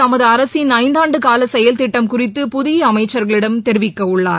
தமது அரசின் ஐந்தாண்டு கால செயல்திட்டம் குறித்து புதிய அமைச்சர்களிடம் தெரிவிக்கவுள்ளார்